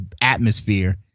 atmosphere